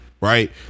right